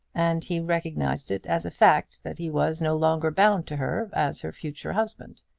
and he recognised it as a fact that he was no longer bound to her as her future husband.